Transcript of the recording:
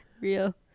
real